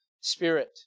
spirit